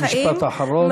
משפט אחרון.